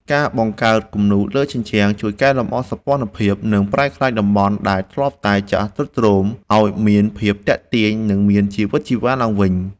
ការបង្កើតគំនូរលើជញ្ជាំងជួយកែលម្អសោភ័ណភាព និងប្រែក្លាយតំបន់ដែលធ្លាប់តែចាស់ទ្រុឌទ្រោមឱ្យមានភាពទាក់ទាញ និងមានជីវិតជីវ៉ាឡើងវិញ។